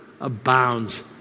abounds